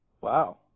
wow